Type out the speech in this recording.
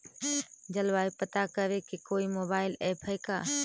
जलवायु पता करे के कोइ मोबाईल ऐप है का?